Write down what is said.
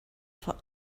for